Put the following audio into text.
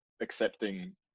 accepting